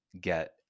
get